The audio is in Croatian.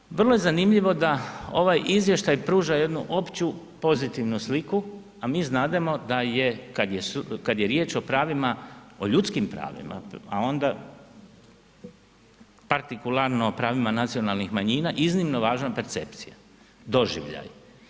Nadalje, vrlo je zanimljivo da ovaj izvještaj pruža jednu opću pozitivnu sliku, a mi znademo da je kad je riječ o pravima, o ljudskim pravima, a onda partikularno o pravima nacionalnih manjina iznimno važna percepcija, doživljaj.